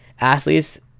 athletes